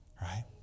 Right